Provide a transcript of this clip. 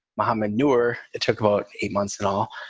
mohamed nur. it took about eight months at all.